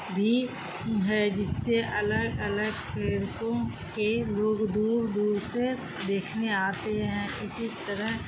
بھی ہے جس سے الگ الگ پیرکوں کے لوگ دور دور سے دیکھنے آتے ہیں اسی طرح